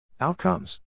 Outcomes